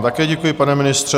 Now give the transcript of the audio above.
Také vám děkuji, pane ministře.